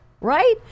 right